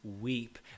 weep